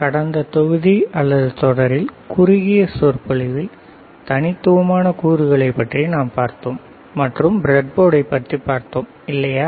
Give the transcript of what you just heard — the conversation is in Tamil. கடந்த தொகுதி அல்லது தொடரில் குறுகிய சொற்பொழிவில் தனித்துவமான கூறுகளைப் பற்றி நாம் பார்த்தோம் மற்றும் பிரெட்போர்டைப் பற்றி பார்த்தோம் இல்லையா